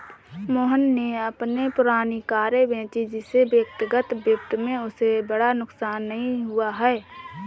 मोहन ने अपनी पुरानी कारें बेची जिससे व्यक्तिगत वित्त में उसे बड़ा नुकसान नहीं हुआ है